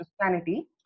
Christianity